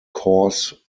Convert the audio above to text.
coarse